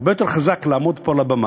הרבה יותר חזק לעמוד פה על הבמה,